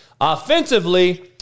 Offensively